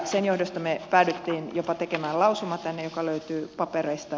sen johdosta me päädyimme jopa tekemään lausuman tänne joka löytyy papereista